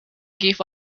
give